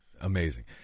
amazing